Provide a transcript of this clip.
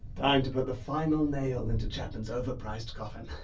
time to put the final nail into chapman's overpriced coffin.